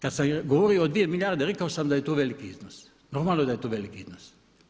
Kad sam govorio o dvije milijarde rekao sam da je to veliki iznos, normalno da je to veliki iznos.